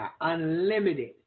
Unlimited